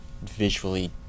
visually